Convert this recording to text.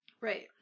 Right